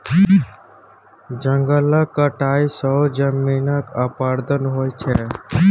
जंगलक कटाई सँ जमीनक अपरदन होइ छै